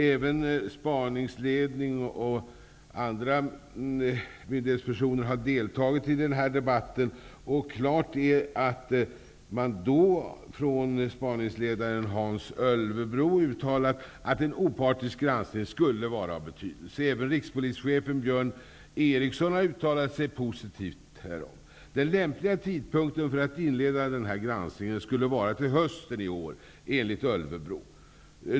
Även spaningsledningen och andra myndighetspersoner har deltagit i den här debatten. Spaningsledaren Hans Ölvebro uttalade då att en opartisk granskning skulle vara av betydelse. Även rikspolischefen Björn Eriksson har uttalat sig positivt härom. Den lämpliga tidpunkten för att inleda den här granskningen skulle enligt Ölvebro vara till hösten i år.